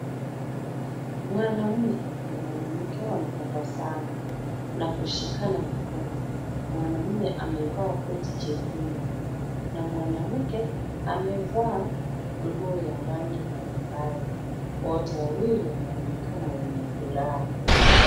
Mwanaume na mwanamke wanatabasamu na kushikana mikono. Mwanaume amevaa koti jekundu na mwanamke amevaa nguo ya rangi mbalimbali. Wote wawili wanaonekana wenye furaha.